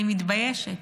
אני מתביישת.